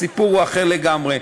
הסיפור הוא אחר לגמרי.